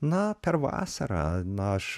na per vasarą na aš